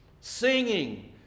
singing